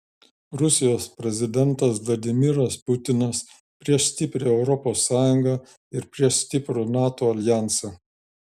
rusijos prezidentas vladimiras putinas prieš stiprią europos sąjungą ir prieš stiprų nato aljansą